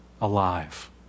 alive